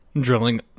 drilling